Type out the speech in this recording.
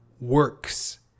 works